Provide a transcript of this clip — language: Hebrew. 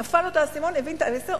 נפל לו האסימון, הבין את המסר.